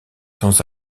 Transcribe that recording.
sans